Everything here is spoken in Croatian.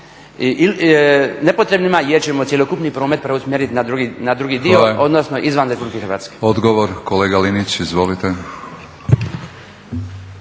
nepotrebnima jer ćemo cjelokupni promet preusmjeriti na drugi dio odnosno izvan RH. **Batinić, Milorad (HNS)** Hvala. Odgovor, kolega Linić. Izvolite.